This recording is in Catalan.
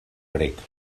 grec